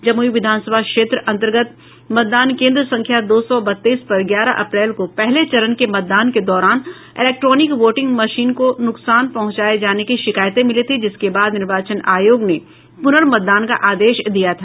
जमुई विधानसभा क्षेत्र अंतर्गत मतदान केंद्र संख्या दो सौ बत्तीस पर ग्यारह अप्रैल को पहले चरण के मतदान के दौरान इलैक्ट्रोनिक वोटिंग मशीन को नुकसान पहुंचाये जाने की शिकायतें मिली थी जिसके बाद निर्वाचन आयोग ने पुनर्मतदान का आदेश दिया था